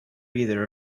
either